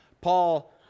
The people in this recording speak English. Paul